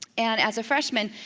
and as a freshmen,